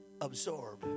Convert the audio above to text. absorb